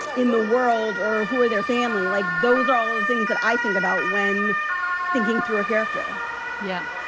in the world or who are their family like? those are all the things that i think about when thinking through a character yeah.